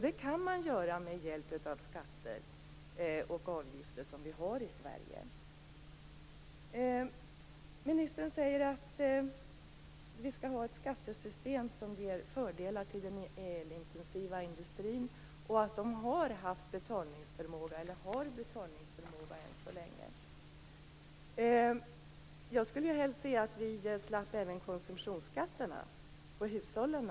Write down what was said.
Det kan man göra med hjälp av de skatter och avgifter som vi har i Sverige. Ministern säger att vi skall ha ett skattesystem som ger fördelar till den elintensiva industrin, och att denna har haft, och än så länge har, betalningsförmåga. Jag skulle naturligtvis helst se att vi även slapp konsumtionsskatterna på hushållen.